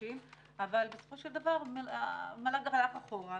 הנדרשים אבל בסופו של דבר המל"ג הלך אחורה,